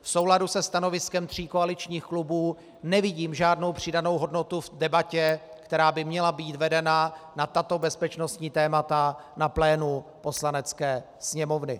V souladu se stanoviskem tří koaličních klubů nevidím žádnou přidanou hodnotu v debatě, která by měla být vedena na tato bezpečnostní témata na plénu Poslanecké sněmovny.